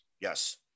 Yes